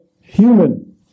human